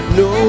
no